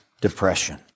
depression